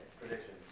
Predictions